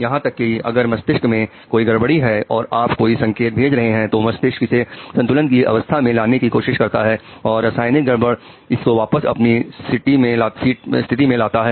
यहां तक कि अगर मस्तिष्क में भी कोई गड़बड़ी है और आप कोई संकेत भेज रहे हैं तो मस्तिष्क इसे संतुलन की अवस्था में लाने की कोशिश करता है और रसायनिक गड़बड़ इसको वापस अपनी सिटी में लाता है